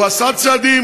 הוא עשה צעדים,